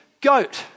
goat